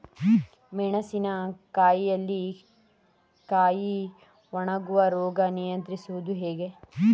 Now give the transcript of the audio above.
ಮೆಣಸಿನ ಕಾಯಿಯಲ್ಲಿ ಕಾಯಿ ಒಣಗುವ ರೋಗ ನಿಯಂತ್ರಿಸುವುದು ಹೇಗೆ?